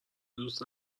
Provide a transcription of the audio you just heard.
دوست